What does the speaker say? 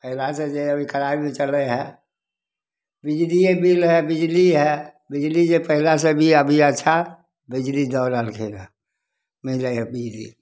पहिले से जे अभी कड़ाइ भी चलै ह शइ बिजलिए बिल हइ बिजली हइ बिजली जे पहिले से भी अभी अच्छा बिजली दऽ रहलै रऽ मिल जाइ हइ बिजली